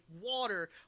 water